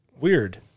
weird